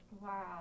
Wow